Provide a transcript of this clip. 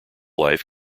life